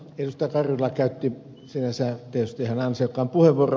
karjula käytti sinänsä tietysti ihan ansiokkaan puheenvuoron